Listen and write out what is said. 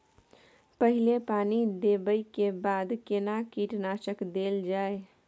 पहिले पानी देबै के बाद केना कीटनासक देल जाय?